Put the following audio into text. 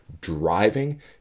driving